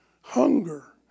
Hunger